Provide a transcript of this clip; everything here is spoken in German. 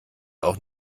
auch